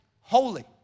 holy